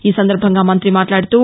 ఈ సందర్బంగా మంతి మాట్లాడుతూ